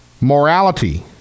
Morality